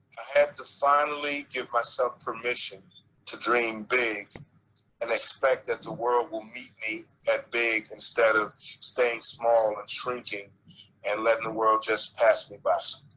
i have to finally give myself permission to dream big and expect that the world will meet me at big instead of staying small and shrinking and letting the world just pass me by.